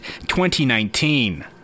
2019